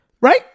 Right